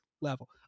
level